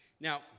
now